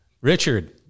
Richard